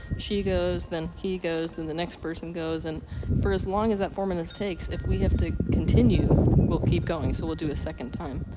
she goes, then he goes, then the next person goes, and for as long as that four minutes takes if we have to continue, we'll keep going. so, we'll do a second time.